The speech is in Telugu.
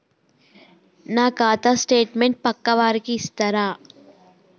నా ఖాతా స్టేట్మెంట్ పక్కా వారికి ఇస్తరా?